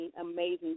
amazing